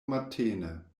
matene